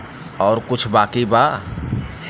और कुछ बाकी बा?